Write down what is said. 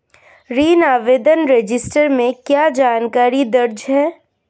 ऋण आवेदन रजिस्टर में क्या जानकारी दर्ज है?